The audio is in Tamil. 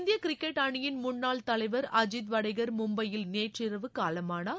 இந்திய கிரிக்கெட் அணியின் முன்னாள் தலைவர் அஜித் வடேகர் மும்பையில் நேற்றிரவு காலமானார்